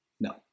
No